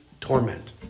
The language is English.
torment